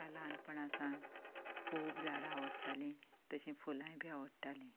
म्हाका ल्हानपणासान खूब झाडां आवडटालीं तशीच फुलाय बी आवडटालीं